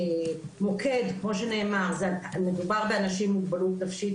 המוקד, מדובר באנשים עם מוגבלות נפשית.